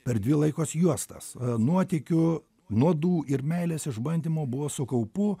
per dvi laikos juostas nuotykių nuodų ir meilės išbandyml buvo su kaupu